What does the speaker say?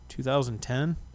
2010